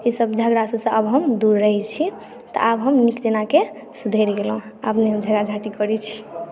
ई सब झगड़ा सबसँ आब हम दूर रहै छी तऽ आब हम नीक जेनाकेँ सुधरि गेलहुॅं आब नहि हम झगड़ा झांटी करै छी